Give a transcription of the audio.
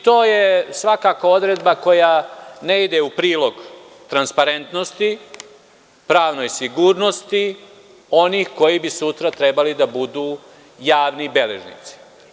To je svakako odredba koja ne ide u prilog transparentnosti, pravnoj sigurnosti onih koji bi sutra trebali da budu javni beležnici.